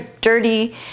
dirty